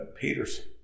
Peterson